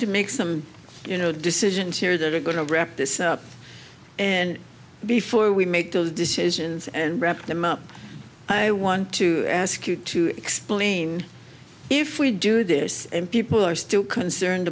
to make some you know decisions here that are going to wrap this up and before we make those decisions and wrap them up i want to ask you to explain if we do this and people are still concerned